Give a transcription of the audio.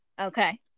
Okay